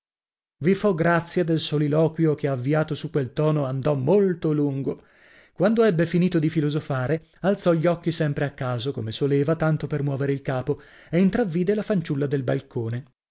vi fo grazia del soliloquio che avviato su quel tono andò molto lungo quando ebbe finito di filosofare alzò gli occhi sempre a caso come soleva tanto per muovere il capo e intravvide la fanciulla del balcone